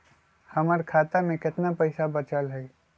हमर खाता में केतना पैसा बचल हई?